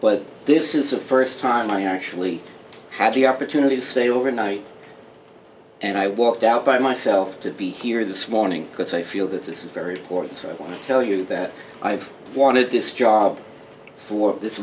but this is the first time i actually had the opportunity to stay overnight and i walked out by myself to be here this morning because i feel that this is very important so i want to tell you that i have wanted this job for this